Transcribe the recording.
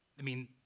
i mean,